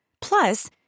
Plus